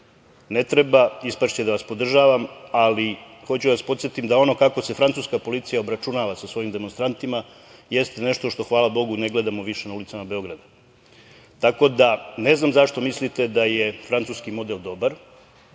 ne treba, ispašće da vas podržavam, ali hoću da vas podsetim da ono kako se francuska policija obračunava sa svojim demonstrantima jeste nešto što, hvala bogu, ne gledamo više na ulicama Beograda. Ne znam zašto mislite da je francuski model dobar?